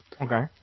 Okay